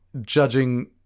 judging